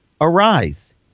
Arise